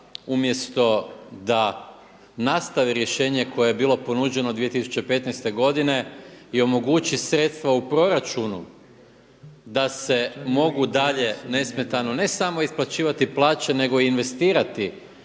umjesto da nastavi rješenje koje je bilo ponuđeno 2015. godine i omogući sredstva u proračunu da se mogu dalje nesmetano, ne samo isplaćivati plaće nego i investirati